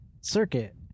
circuit